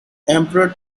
emperor